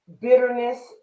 bitterness